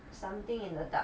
something in the dark